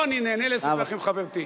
לא, אני נהנה לשוחח עם חברתי.